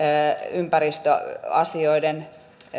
ympäristöasioiden